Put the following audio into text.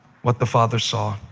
what the father saw.